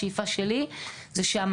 השאיפה שלי היא שהמעטפת,